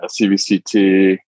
CBCT